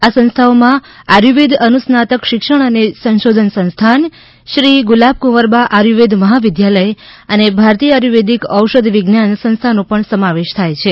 આ સંસ્થાઓમાં આયુર્વેદ અનુસ્નાતક શિક્ષણ અને સંશોધન સંસ્થાન શ્રી ગુલાબકુંવરબા આયુર્વેદ મહાવિદ્યાલય અને ભારતીય આયુર્વેદિક ઔષધ વિજ્ઞાન સંસ્થાનો સમાવેશ થાય છે